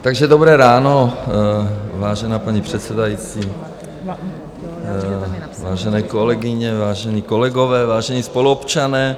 Takže dobré ráno, vážená paní předsedající, vážené kolegyně, vážení kolegové, vážení spoluobčané.